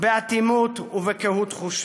באטימות ובקהות חושים.